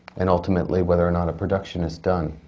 and ultimately, whether or not a production is done.